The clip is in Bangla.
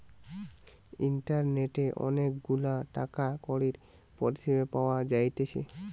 ইন্টারনেটে অনেক গুলা টাকা কড়ির পরিষেবা পাওয়া যাইতেছে